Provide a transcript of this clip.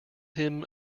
hymn